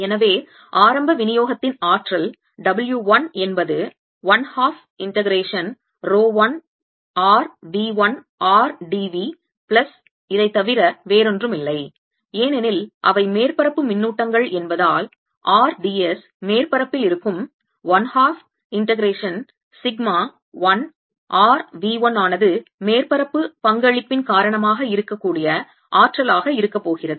எனவே ஆரம்ப விநியோகத்தின் ஆற்றல் W 1 என்பது 1 half integration rho 1 r V 1 r d v plus தவிர வேறொன்றுமில்லை ஏனெனில் அவை மேற்பரப்பு மின்னூட்டங்கள் என்பதால் r d s மேற்பரப்பில் இருக்கும் 1 half integration sigma 1 r V 1 ஆனது மேற்பரப்பு பங்களிப்பின் காரணமாக இருக்கக்கூடிய ஆற்றலாக இருக்கப் போகிறது